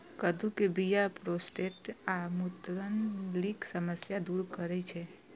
कद्दू के बीया प्रोस्टेट आ मूत्रनलीक समस्या दूर करै छै